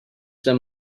them